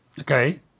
Okay